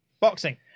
boxing